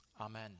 Amen